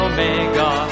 Omega